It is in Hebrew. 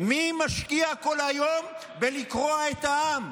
מי משקיע כל היום בלקרוע את העם?